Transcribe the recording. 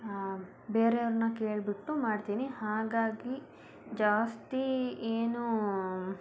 ಬೇರೆಯವ್ರನ್ನ ಕೇಳಿಬಿಟ್ಟು ಮಾಡ್ತೀನಿ ಹಾಗಾಗಿ ಜಾಸ್ತಿ ಏನೂ